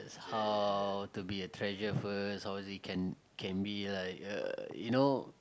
is how to be a treasure first how is it can be like uh you know